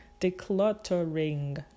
decluttering